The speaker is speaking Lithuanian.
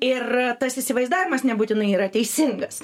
ir tas įsivaizdavimas nebūtinai yra teisingas